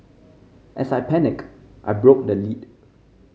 as I panicked I broke the lid